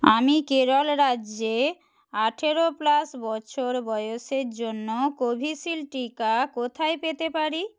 আমি কেরল রাজ্যে আঠেরো প্লাস বছর বয়সের জন্য কোভিশিল্ড টিকা কোথায় পেতে পারি